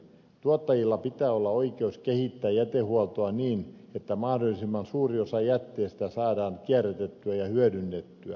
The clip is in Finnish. tuottajilla pitää olla oikeus kehittää jätehuoltoa niin että mahdollisimman suuri osa jätteestä saadaan kierrätettyä ja hyödynnettyä